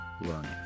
learning